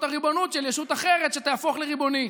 הריבונות של ישות אחרת שתהפוך לריבונית.